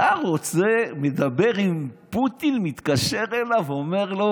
אתה מדבר עם פוטין, מתקשר אליו ואומר לו: